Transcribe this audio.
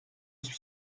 suis